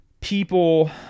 People